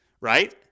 right